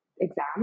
exam